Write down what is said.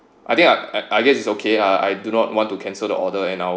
I think I I I guess it's okay ah I do not want to cancel the order and I'll